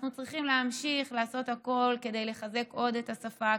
אנחנו צריכים להמשיך לעשות הכול כדי לחזק עוד את השפה,